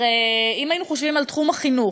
הרי אם היינו חושבים על תחום החינוך,